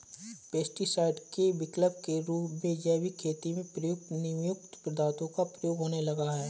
pesticide के विकल्प के रूप में जैविक खेती में प्रयुक्त नीमयुक्त पदार्थों का प्रयोग होने लगा है